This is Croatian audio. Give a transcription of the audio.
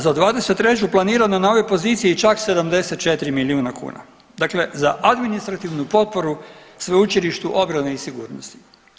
Za '23. planirano je na ovoj poziciji čak 74 milijuna kuna, dakle za Administrativnu potporu Sveučilištu obrane i sigurnosti.